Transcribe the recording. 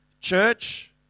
Church